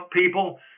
people